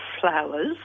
flowers